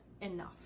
enough